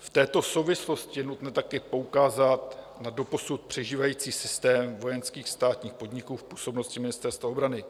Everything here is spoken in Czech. V této souvislosti je nutno také poukázat na doposud přežívající systém vojenských státních podniků v působnosti Ministerstva obrany.